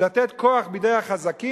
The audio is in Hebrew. ולתת כוח בידי החזקים,